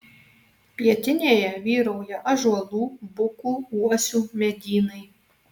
pietinėje vyrauja ąžuolų bukų uosių medynai